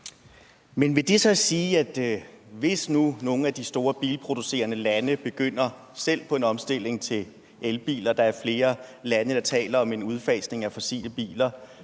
Men vil det så sige, at hvis nogle af de store bilproducerende lande selv begynder på en omstilling til elbiler – der er flere lande, hvor man taler om en udfasning af salget